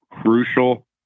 crucial